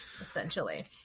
essentially